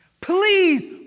Please